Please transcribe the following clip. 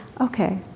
okay